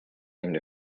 and